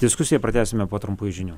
diskusiją pratęsime po trumpų žinių